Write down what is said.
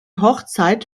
hochzeit